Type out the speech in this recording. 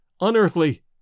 unearthly